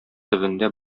төбендә